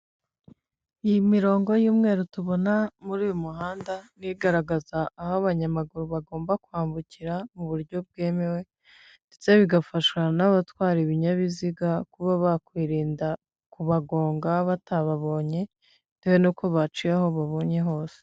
Ni imirogo y'umweru tubona muri uyu muhanda ni igaragaza aha abanyamaguru bagomba kwambukira mu buryo bwemewe ndetse bigafasha n'abatwara ibinyabiziga kuba bakwirinda kubagonga batababonye bitewe nuko baciye aho babonye hose.